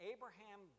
Abraham